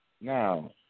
Now